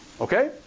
okay